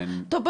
טוב,